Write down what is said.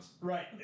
Right